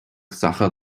sacher